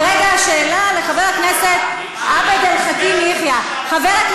כרגע השאלה לחבר הכנסת עבד אל חכים חאג' יחיא.